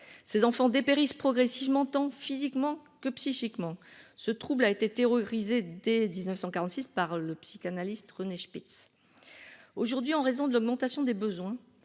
ces enfants dépérissent progressivement tant physiquement que psychiquement ce trouble a été terrorisé dès 1946 par le psychanalyste René Spitz aujourd'hui en raison de l'augmentation des besoins,